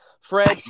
Fred